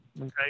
okay